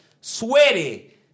sweaty